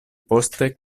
poste